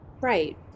Right